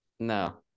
No